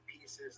pieces